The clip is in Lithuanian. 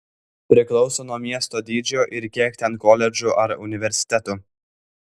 priklauso nuo miesto dydžio ir kiek ten koledžų ar universitetų